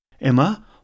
Emma